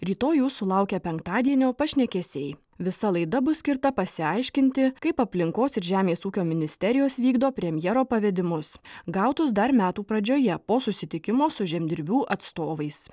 rytoj jūsų laukia penktadienio pašnekesiai visa laida bus skirta pasiaiškinti kaip aplinkos ir žemės ūkio ministerijos vykdo premjero pavedimus gautus dar metų pradžioje po susitikimo su žemdirbių atstovais